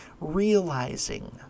realizing